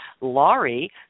Laurie